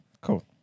Cool